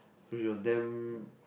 so she was damn